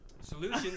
Solutions